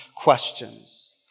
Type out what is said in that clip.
questions